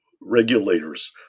regulators